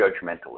judgmentalism